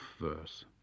verse